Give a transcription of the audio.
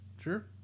Sure